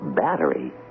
Battery